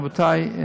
רבותי,